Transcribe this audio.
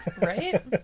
right